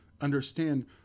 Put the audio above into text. understand